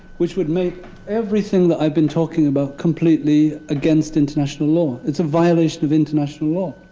which would make everything that i've been talking about completely against international law. it's a violation of international law.